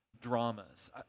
dramas